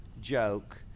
joke